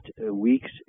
week's